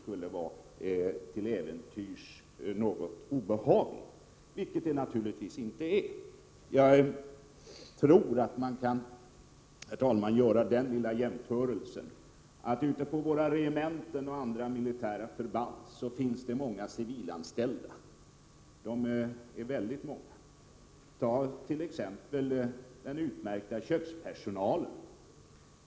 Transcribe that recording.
Man kan, herr talman, göra en liten jämförelse med de civilanställda ute på våra regementen och andra militära förband. Det är fråga om ett stort antal personer. den utmärkta kökspersonalen!